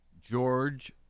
George